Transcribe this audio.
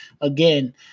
again